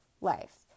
life